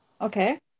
Okay